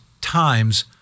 times